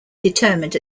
determined